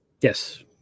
Yes